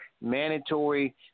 mandatory